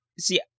see